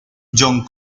john